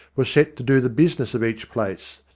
was set to do the business of each place,